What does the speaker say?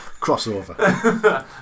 Crossover